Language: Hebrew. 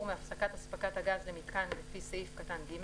מהפסקת הספקת הגז למיתקן לפי סעיף קטן (ג),